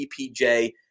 EPJ